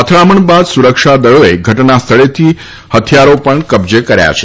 અથડામણ બાદ સુરક્ષાદળોએ ઘટના સ્થળેથી ચાર હથિયારો પણ કબજે કર્યા છે